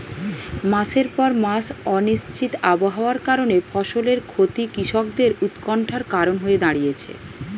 মাসের পর মাস অনিশ্চিত আবহাওয়ার কারণে ফসলের ক্ষতি কৃষকদের উৎকন্ঠার কারণ হয়ে দাঁড়িয়েছে